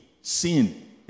Sin